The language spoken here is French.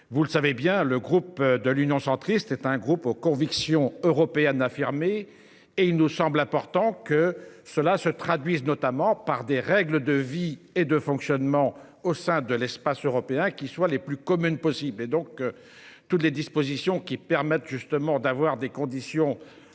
vous le savez bien, le groupe de l'Union centriste est un groupe aux convictions européennes affirmé et il nous semble important que cela se traduise notamment par des règles de vie et de fonctionnement au sein de l'espace européen qui soient les plus commune possible et donc. Toutes les dispositions qui permettent justement d'avoir des conditions